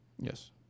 Yes